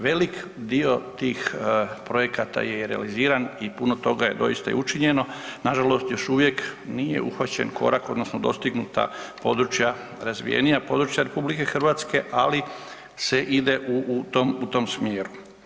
Velik dio tih projekata je i realiziran i puno toga je doista i učinjeno, nažalost još uvijek nije uhvaćen korak odnosno dostignuta područja, razvijenija područja RH ali se ide u tom smjeru.